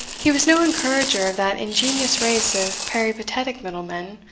he was no encourager of that ingenious race of peripatetic middle-men,